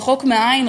רחוק מהעין,